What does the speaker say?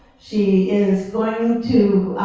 she is going to